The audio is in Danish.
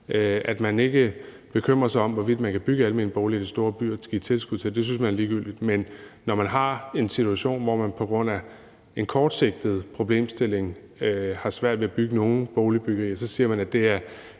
og man bekymrer sig ikke om, hvorvidt man kan bygge almene boliger i de store byer og give tilskud til det. Det synes man er ligegyldigt. Men når man har en situation, hvor man på grund af en kortsigtet problemstilling har svært ved at igangsætte nogle boligbyggerier, siger man, at det er